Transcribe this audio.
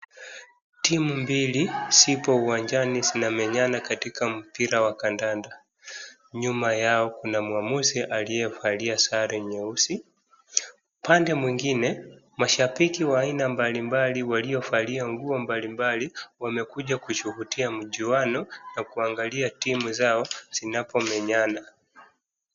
Timu mbili zipo uwajani zinamenyana katika mpira wa kandanda, nyuma yao kuna mwamuzi aliyevalia sare nyeusi, upande mwingine, mashabiki wa aina mbalimbali waliovalia nguo mbalimbali wamekuja kushuhudia mjuano na kuangalia timu zao zinapomenyana.